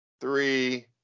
three